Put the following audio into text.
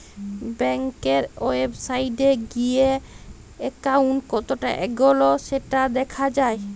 ব্যাংকের ওয়েবসাইটে গিএ একাউন্ট কতটা এগল্য সেটা দ্যাখা যায়